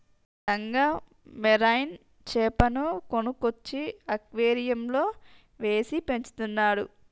Raghu marine చాపను కొనుక్కొచ్చి అక్వేరియంలో వేసి పెంచుతున్నాడు